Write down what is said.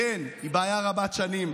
כן, היא בעיה רבת שנים.